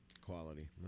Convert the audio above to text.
Quality